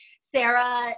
Sarah